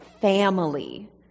family